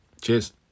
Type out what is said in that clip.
Cheers